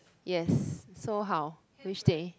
yes so how which day